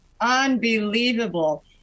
unbelievable